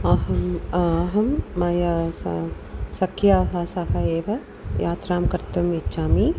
अहम् अहं मया सा सख्याः सह एव यात्रां कर्तुम् इच्छामि